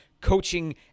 Coaching